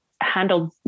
handled